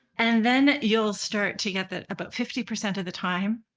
and then you'll start to get that about fifty percent of the time